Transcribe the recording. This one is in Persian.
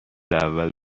اول